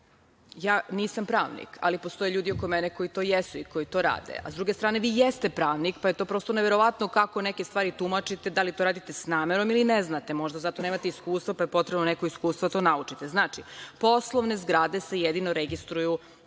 Nisam pravnik, ali postoje ljudi oko mene koji to jesu i koji to rade, a sa druge strane vi jeste pravnik, pa je to prosto neverovatno kako neke stvari tumačite, da li to radite sa namerom ili ne znate, možda zato nemate iskustva, pa je potrebno neko iskustvo da to naučite. Znači, poslovne zgrade se jedino registruju kao